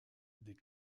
des